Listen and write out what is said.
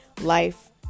life